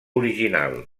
original